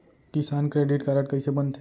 किसान credit card कइसे बनथे?